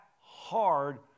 hard